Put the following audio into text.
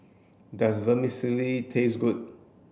does Vermicelli taste good